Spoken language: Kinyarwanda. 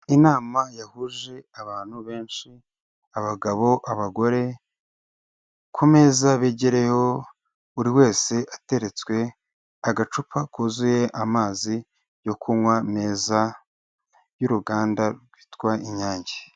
Inama yahuje abantu benshi, abagabo, abagore, ku meza begereyeho buri wese ateretswe agacupa kuzuye amazi yo kunywa meza y'uruganda rwitwa Inyange.